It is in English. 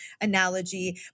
analogy